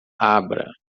abra